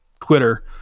Twitter